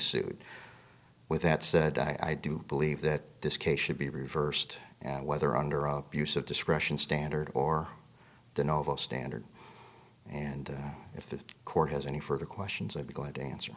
sued with that said i do believe that this case should be reversed and whether under use of discretion standard or the novel standard and if the court has any further questions i'd be glad to answer